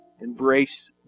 Embrace